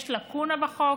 יש לקונה בחוק,